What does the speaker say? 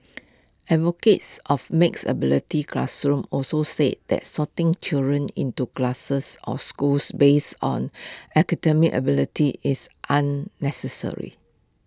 advocates of mixed ability classrooms also say that sorting children into classes or schools based on academic ability is unnecessary